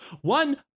One